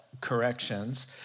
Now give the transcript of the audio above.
corrections